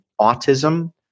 autism